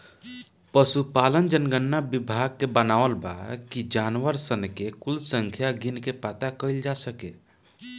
पसुपालन जनगणना विभाग के बनावल बा कि जानवर सन के कुल संख्या गिन के पाता कइल जा सके